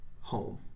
Home